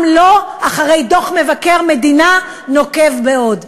גם לא אחרי דוח מבקר מדינה נוקב מאוד.